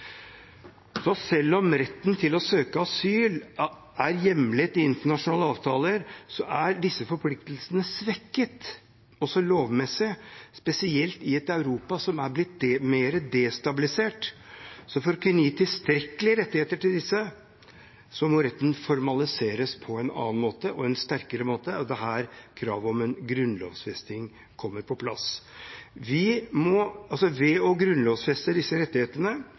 Selv om retten til å søke asyl er hjemlet i internasjonale avtaler, er disse forpliktelsene svekket også lovmessig, spesielt i et Europa som er blitt mer destabilisert. For å kunne gi disse tilstrekkelige rettigheter må retten formaliseres på en annen og sterkere måte. Det er her kravet om en grunnlovfesting kommer på plass. Ved å grunnlovfeste disse rettighetene